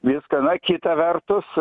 viską na kita vertus